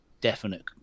definite